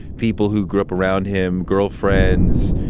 people who grew up around him girlfriends,